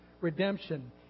redemption